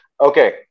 okay